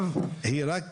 זו השאלה שלי.